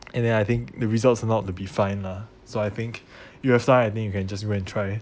and then I think the results turn out to be fine lah so I think you have time I think you can just go and try